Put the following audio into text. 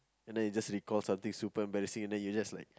and then you just recall something super embarrassing and then you're just like